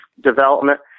development